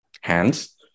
hands